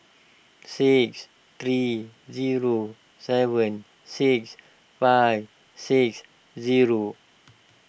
six three zero seven six five six zero